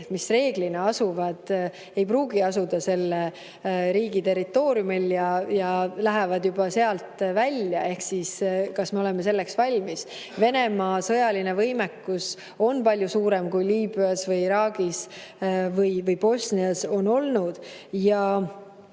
mis reeglina ei pruugi asuda selle riigi territooriumil ja lähevad sealt välja. Kas me oleme selleks valmis? Venemaa sõjaline võimekus on palju suurem kui Liibüas, Iraagis või Bosnias on olnud.